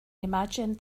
imagine